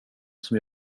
som